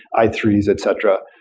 i three s etc,